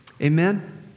Amen